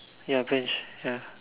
ya bench ya